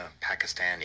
pakistan